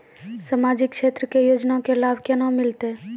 समाजिक क्षेत्र के योजना के लाभ केना मिलतै?